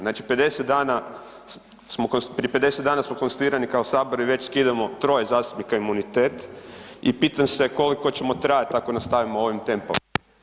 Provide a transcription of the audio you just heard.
Znači 50 dana smo, prije 50 dana smo konstituirani kao sabor i već skidamo troje zastupnika imunitet i pitam se koliko ćemo trajat ako nastavimo ovim tempom.